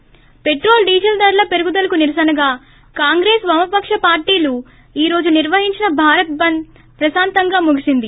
ి petrol diesel ధరల పెరుగుదలకు నిరసనగా కాంగ్రెస్ వామపక్ష పార్టీలు ఈ రోజు నిర్వహించిన భారత్ బంద్ ప్రశాంతంగా ముగిసింది